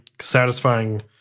satisfying